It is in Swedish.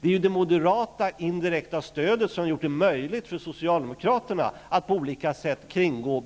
Det är det indirekta moderata stödet som tidigare har gjort det möjligt för Socialdemokraterna att på olika sätt kringgå